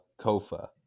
Kofa